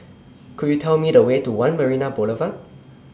Could YOU Tell Me The Way to one Marina Boulevard